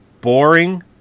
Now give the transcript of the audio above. boring